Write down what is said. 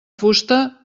fusta